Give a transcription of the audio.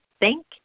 thank